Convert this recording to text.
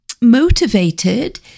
motivated